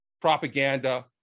propaganda